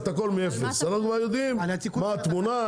יודעים מה התמונה,